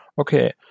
okay